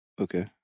Okay